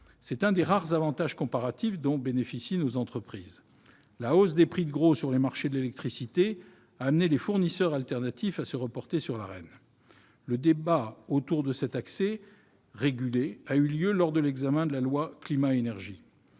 l'un des rares avantages comparatifs dont bénéficient nos entreprises. La hausse des prix de gros sur les marchés de l'électricité a conduit les fournisseurs alternatifs à se reporter sur l'Arenh. Le débat autour de cet accès régulé a eu lieu lors de l'examen du projet de